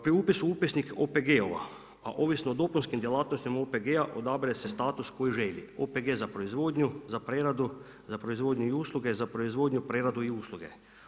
Pri upisu u upisnik OPG-ova, a ovismo o dopunskim djelatnostima OPG-a odabire se status koji želi, OPG za proizvodnju, za preradu, za proizvodnju i usluge, za proizvodnju, preradu u usluge.